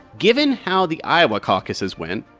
given how the iowa caucuses went,